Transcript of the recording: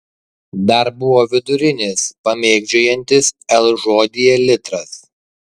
dar buvo vidurinis pamėgdžiojantis l žodyje litras